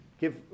give